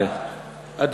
אף אחד פה לא פוגע במישהו.